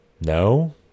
No